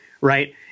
right